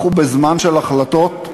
אנחנו בזמן של החלטות,